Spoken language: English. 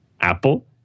Apple